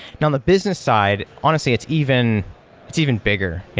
and on the business side, honestly, it's even it's even bigger. and